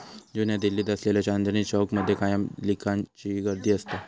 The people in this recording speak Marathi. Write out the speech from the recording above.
जुन्या दिल्लीत असलेल्या चांदनी चौक मध्ये कायम लिकांची गर्दी असता